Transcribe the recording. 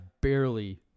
barely